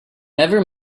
never